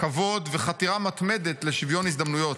כבוד וחתירה מתמדת לשוויון הזדמנויות.